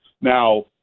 now